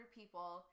people